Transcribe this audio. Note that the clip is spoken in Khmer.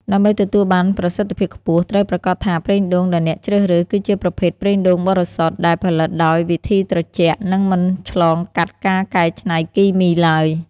ដើម្បីទទួលបានប្រសិទ្ធភាពខ្ពស់ ត្រូវប្រាកដថាប្រេងដូងដែលអ្នកជ្រើសរើស គឺជាប្រភេទ ប្រេងដូងបរិសុទ្ធ ដែលផលិតដោយវិធីត្រជាក់ និងមិនឆ្លងកាត់ការកែច្នៃគីមីទ្បើយ។